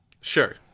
sure